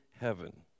heaven